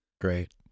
Great